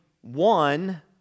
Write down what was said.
one